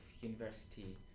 university